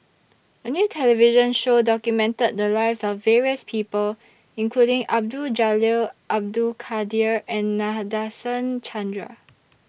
A New television Show documented The Lives of various People including Abdul Jalil Abdul Kadir and Nadasen Chandra